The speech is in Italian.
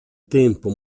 tempo